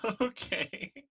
Okay